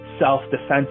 self-defense